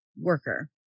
worker